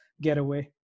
getaway